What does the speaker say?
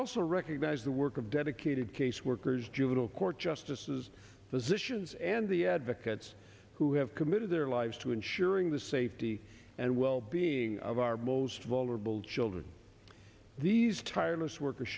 also recognize the work of dedicated caseworkers juvenile court justices physicians and the advocates who have committed their lives to ensuring the safety and well being of our most vulnerable children these tireless worker